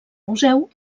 museu